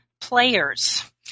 Players